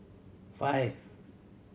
five